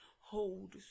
hold